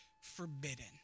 forbidden